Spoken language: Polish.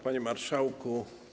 Panie Marszałku!